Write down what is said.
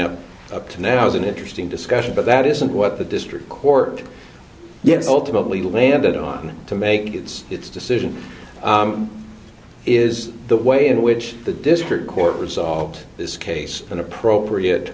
up up to now is an interesting discussion but that isn't what the district court gives ultimately landed on to make gets its decision is the way in which the district court resolved this case an appropriate